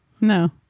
no